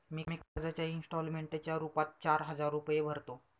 मी कर्जाच्या इंस्टॉलमेंटच्या रूपात चार हजार रुपये भरतो